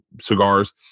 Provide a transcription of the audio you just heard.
cigars